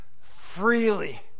freely